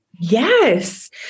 Yes